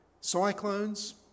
Cyclones